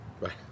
Right